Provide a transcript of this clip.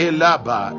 Elaba